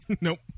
Nope